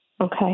Okay